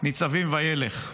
ניצבים וילך.